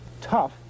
tough